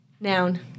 Noun